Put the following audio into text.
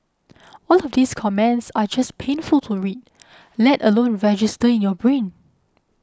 all of these comments are just painful to read let alone register in your brain